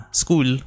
school